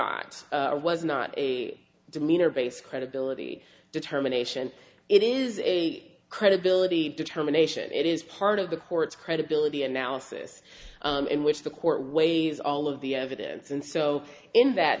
docs was not a demeanor base credibility determination it is a credibility determination it is part of the court's credibility analysis in which the court weighs all of the evidence and so in that